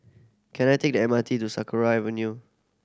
can I take the M R T to Sakra Avenue